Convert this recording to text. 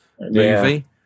movie